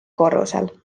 korrusel